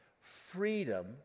freedom